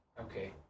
Okay